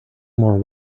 more